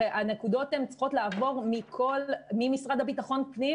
הנקודות צריכות לעבור ממשרד לביטחון פנים